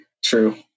true